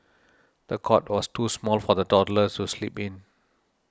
the cot was too small for the toddler to sleep in